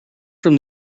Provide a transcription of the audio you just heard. from